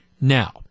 Now